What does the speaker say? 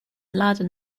laden